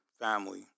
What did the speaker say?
family